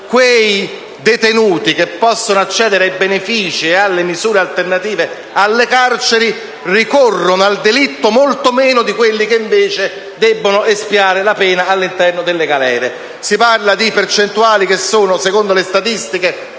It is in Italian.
i detenuti che possono accedere ai benefici e alle misure alternative al carcere incorrono nel delitto molto meno rispetto a coloro che invece debbono espiare la pena all'interno delle galere. Si parla di percentuali che, secondo le statistiche,